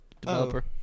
developer